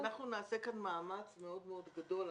אנחנו נעשה כאן מאמץ מאוד מאוד גדול.